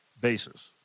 basis